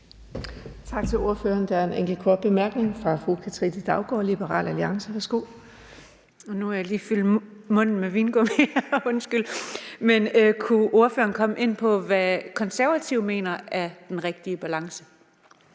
Tak til ordføreren. Der er en enkelt kort bemærkning fra fru Katrine Daugaard, Liberal Alliance. Værsgo. Kl. 12:55 Katrine Daugaard (LA): Kunne ordføreren komme ind på, hvad Konservative mener er den rigtige balance?